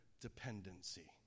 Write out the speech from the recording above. dependency